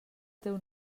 teu